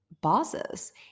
bosses